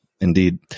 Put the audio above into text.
Indeed